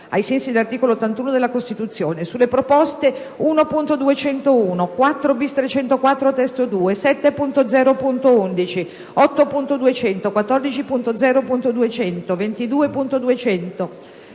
ai sensi dell'articolo 81 della Costituzione, sulle proposte 1.201, 4-*bis*.304 (testo 2), 7.0.11, 8.200, 14.0.200, 22.200,